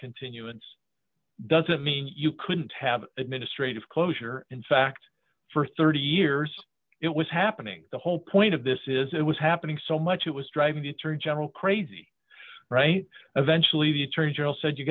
continuance doesn't mean you couldn't have administrative closure in fact for thirty years it was happening the whole point of this is it was happening so much it was driving the attorney general crazy right eventually the attorney general said you